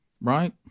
right